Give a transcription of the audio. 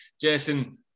Jason